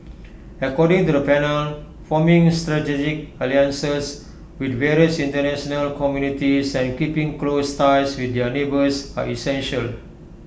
according to the panel forming strategic alliances with various International communities and keeping close ties with their neighbours are essential